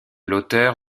l’auteur